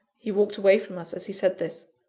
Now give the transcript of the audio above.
he walked away from us as he said this.